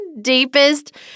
deepest